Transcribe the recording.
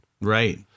Right